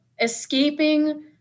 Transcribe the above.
escaping